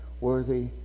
worthy